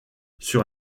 sur